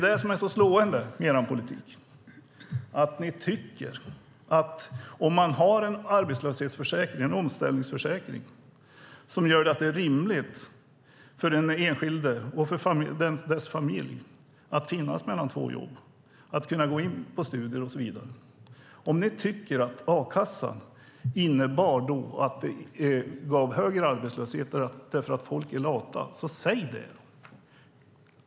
Det som är så slående mer er politik är att ni verkar tycka att en arbetslöshetsförsäkring, en omställningsförsäkring, som gör att det är rimligt för den enskilde och för dennes familj att klara sig mellan två jobb, kanske börja studera och så vidare inte är bra. Om ni tycker att a-kassan förr gav högre arbetslöshet för att folk är lata, så säg det!